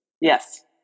Yes